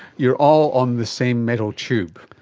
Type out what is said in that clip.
you're all on the same metal tube.